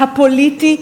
הפוליטי,